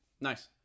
Nice